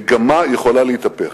מגמה יכולה להתהפך.